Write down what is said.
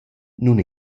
nun